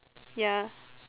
ya